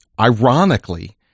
ironically